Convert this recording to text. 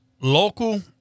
local